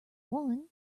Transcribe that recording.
one